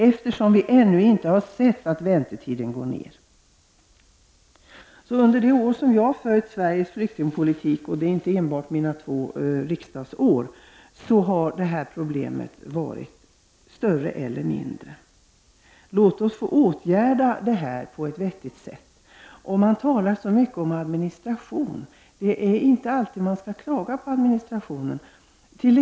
Det finns inga tecken på att väntetiderna minskar. Under de år jag har följt svensk flyktingpolitik -- och det är inte enbart under mina två riksdagsår -- har detta problem funnits och varit större eller mindre. Låt oss försöka komma till rätta med problemet på ett vettigt sätt. Det talas mycket om de höga adminstrationskostnaderna. Man skall inte alltid klaga på administrationen.